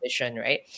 Right